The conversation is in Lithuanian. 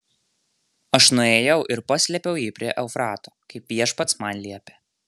aš nuėjau ir paslėpiau jį prie eufrato kaip viešpats man liepė